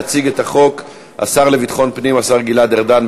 יציג את החוק השר לביטחון פנים, השר גלעד ארדן.